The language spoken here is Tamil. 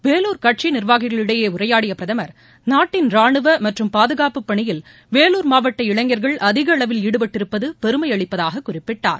வேலூர் கட்சி நிர்வாகிகளிடையே உரையாடிய பிரதமர் நாட்டின் ராணுவ மற்றும் பாதுகாப்பு பணியில் வேலூர் மாவட்ட இளைஞர்கள் அதிக அளவில் ஈடுபட்டிருப்பது பெருமை அளிப்பதாக குறிப்பிட்டார்